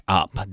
up